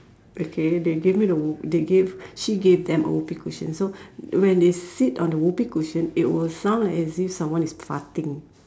okay they gave me the Whoop~ they gave she gave them a Whoopee cushion so when they sit on the Whoopee cushion it will sound like as if someone is farting